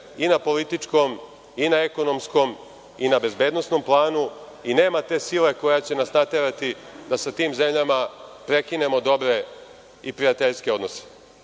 i na političkom i na ekonomskom i na bezbednosnom planu i nema te sile koja će nas naterati da sa tim zemljama prekinemo dobre i prijateljske odnose. Dakle,